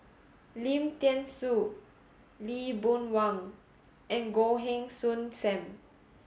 Lim Thean Soo Lee Boon Wang and Goh Heng Soon Sam